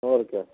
और क्या